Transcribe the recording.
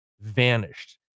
vanished